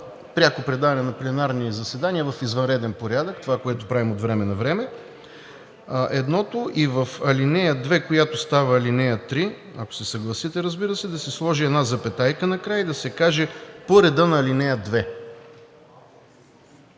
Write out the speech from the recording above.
пряко предаване на пленарни заседания в извънреден порядък, това, което правим от време на време. Едното. И в ал. 2, която става ал. 3, ако се съгласите, разбира се, да се сложи една запетайка накрая и да се каже: „по реда на ал. 2“.